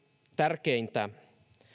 tärkeintä